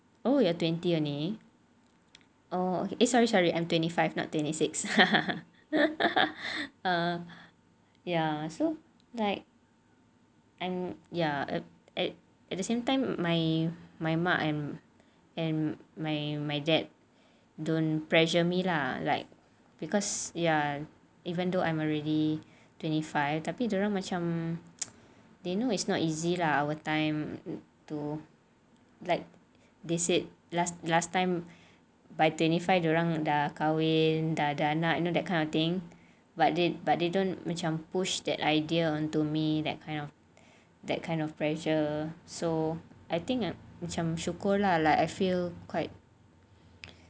oh you are twenty only oh sorry sorry I'm twenty five not twenty six ya so like and ya at at at the same time my my mak and my my dad don't pressure me lah like because ya even though I'm already twenty five tapi dia orang macam they know it's not easy lah our time to like they said last last time by twenty five dia orang dah kahwin dah ada anak you know that kind of thing but they but they don't macam push that idea on to me that you know that kind of pressure so I think ah macam syukur lah like I feel quite